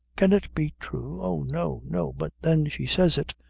can it be true oh, no no but, then, she says it